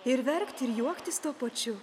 ir verkt ir juoktis tuo pačiu